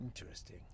Interesting